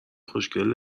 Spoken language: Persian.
خوشکل